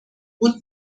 und